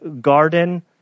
garden